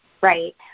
right